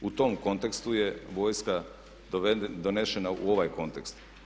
U tom kontekstu je vojska donesena u ovaj kontekst.